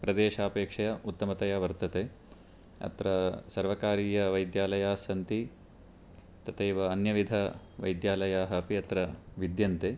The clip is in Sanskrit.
प्रदेशापेक्षया उत्तमतया वर्तते अत्र सर्वकारीयवैद्यालयाः सन्ति तथैव अन्यविधवैद्यालयाः अत्र विद्यन्ते